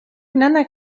nana